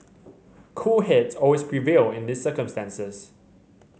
cool heads always prevail in these circumstances